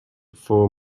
for